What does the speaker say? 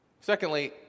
Secondly